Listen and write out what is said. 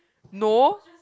no